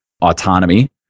autonomy